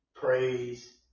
Praise